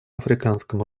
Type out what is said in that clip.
африканском